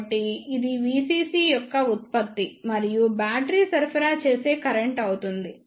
కాబట్టి ఇది VCC యొక్క ఉత్పత్తి మరియు బ్యాటరీ సరఫరా చేసే కరెంట్ అవుతుంది